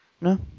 No